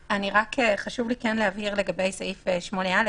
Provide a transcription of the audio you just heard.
חשוב לי להבהיר לגבי סעיף 8א